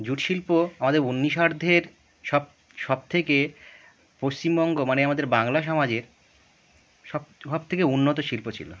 jute শিল্প আমাদের উনিশার্ধ্বের সব সবথেকে পশ্চিমবঙ্গ মানে আমাদের বাংলা সমাজের সব সবথেকে উন্নত শিল্প ছিল